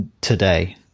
today